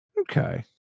okay